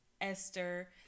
Esther